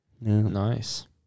Nice